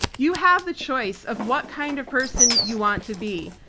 you have the choice of what kind of person you want to be.